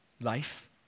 life